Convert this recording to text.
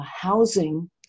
housing